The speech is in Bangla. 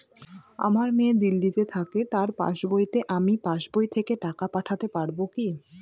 আমার মেয়ে দিল্লীতে থাকে তার পাসবইতে আমি পাসবই থেকে টাকা পাঠাতে পারব কি?